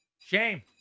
Shame